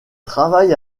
travaille